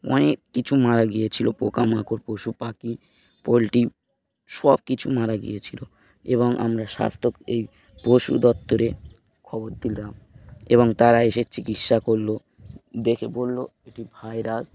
অনেক কিছু মারা গিয়েছিল পোকামাকড় পশু পাখি পোলট্রি সব কিছু মারা গিয়েছিলো এবং আমরা স্বাস্থ্য এই পশু দপ্তরে খবর দিলাম এবং তারা এসে চিকিৎসা করলো দেখে বলল এটি ভাইরাস